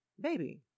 Baby